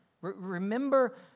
Remember